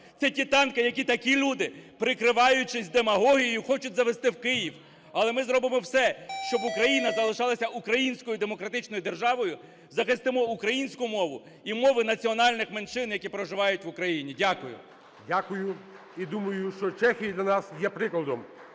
це ті танки, які такі люди, прикриваючись демагогією, хочуть завести в Київ, але ми зробимо все, щоби Україна залишалася українською демократичною державою, захистимо українську мову і мови національних меншин, які проживають в Україні. Дякую. ГОЛОВУЮЧИЙ. Дякую. І думаю, що Чехія для нас є прикладом.